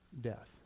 death